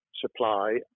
supply